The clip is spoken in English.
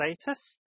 status